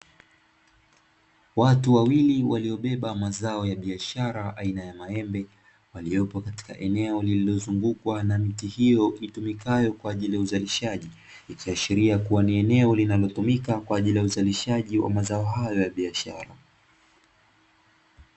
Watu wawili waliobeba mazao ya biashara aina ya maembe, waliopo katika eneo lililozungukwa na miti hiyo itumikayo kwa ajili ya uzalishaji, ikiashiria kuwa ni eneo linalotumika kwa ajili ya uzalishaji wa mazao hayo ya biashara.